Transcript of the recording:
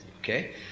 Okay